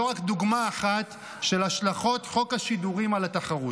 זו רק דוגמה אחת של השלכות חוק השידורים על התחרות.